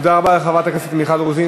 תודה רבה לחברת הכנסת מיכל רוזין.